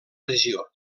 regió